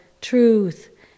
truth